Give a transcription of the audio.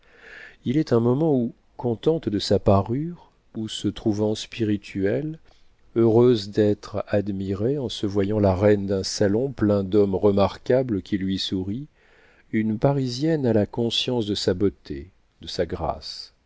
il est un moment où contente de sa parure où se trouvant spirituelle heureuse d'être admirée en se voyant la reine d'un salon plein d'hommes remarquables qui lui sourient une parisienne a la conscience de sa beauté de sa grâce